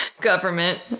government